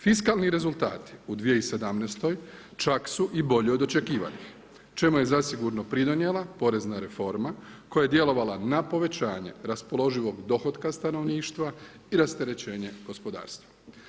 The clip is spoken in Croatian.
Fiskalni rezultati u 2017. čak su i bolji od očekivanih, čemu je zasigurno pridonijela, porezna reforma, koja je djelovala na povećanje raspoloživog dohotka stanovništva i rasterećenje gospodarstva.